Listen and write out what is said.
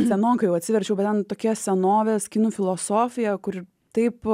senokai jau atsiverčiau bet ten tokie senovės kinų filosofija kur taip